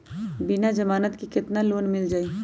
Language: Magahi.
बिना जमानत के केतना लोन मिल जाइ?